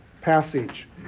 passage